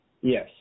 Yes